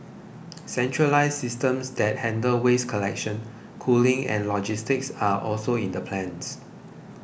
centralised systems that handle waste collection cooling and logistics are also in the plans